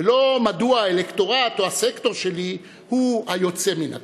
ולא מדוע האלקטורט או הסקטור שלי הוא היוצא מן הכלל.